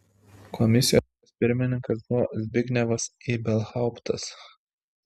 komisijos pirmininkas buvo zbignevas ibelhauptas